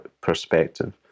perspective